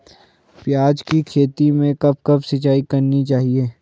प्याज़ की खेती में कब कब सिंचाई करनी चाहिये?